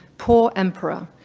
poor emperor,